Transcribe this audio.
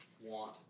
want